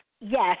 yes